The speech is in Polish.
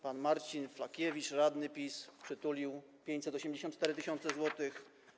Pan Marcin Flakiewicz, radny PiS, przytulił 584 tys. zł.